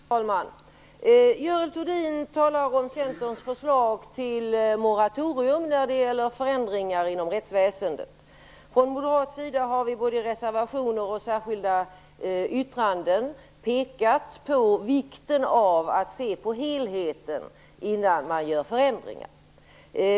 Fru talman! Görel Thurdin talar om Centerns förslag till moratorium när det gäller förändringar inom rättsväsendet. Från moderat sida har vi både i reservationer och särskilda yttranden pekat på vikten av att se på helheten innan man gör förändringar.